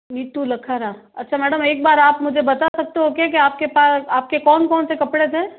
नीतू लखारा अच्छा मैडम एक बार आप मुझे बता सकते हो कि आपके पास आपके कौन कौन से कपड़े थे